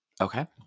Okay